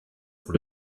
pour